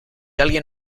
alguien